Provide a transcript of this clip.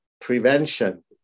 prevention